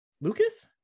Lucas